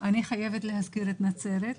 אני חייבת להזכיר את נצרת.